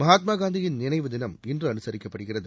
மகாத்மா காந்தியின் நினைவுதினம் இன்று அனுசரிக்கப்படுகிறது